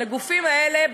לגופים האלה,